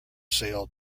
sail